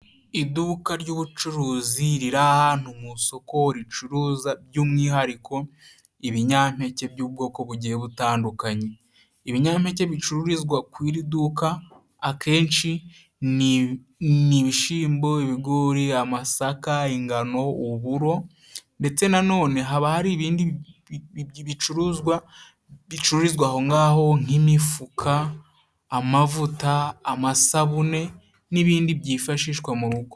Iduka ry'ubucuruzi riri ahantu mu isoko ricuruza by'umwihariko ibinyampeke by'ubwoko bugiye butandukanye. Ibinyampeke bicururizwa ku iri duka akenshi ni ibishyimbo, ibigori, amasaka, ingano, uburo ndetse nanone haba hari ibindi bicuruzwa bicururizwa aho ngaho nk'imifuka, amavuta, amasabune n'ibindi byifashishwa mu rugo.